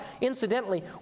Incidentally